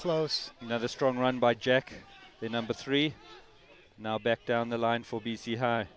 close another strong run by jack the number three now back down the line four b c high